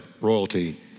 royalty